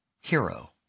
hero